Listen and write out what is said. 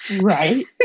right